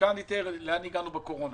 וכאן אתאר לאן הגענו בקורונה